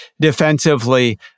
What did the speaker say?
defensively